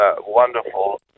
wonderful